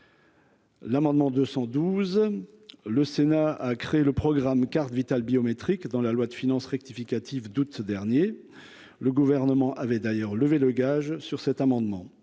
L'amendement 212, le Sénat a créé le programme carte Vitale biométrique dans la loi de finances rectificative d'ce dernier le gouvernement avait d'ailleurs levé le gage sur cet amendement,